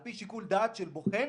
על-פי שיקול דעת של בוחן